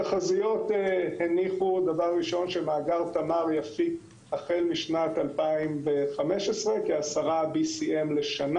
התחזיות הניחו שמאגר תמר יפיק החל משנת 2015 כ- 10 BCM לשנה.